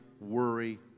worry